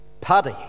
Paddy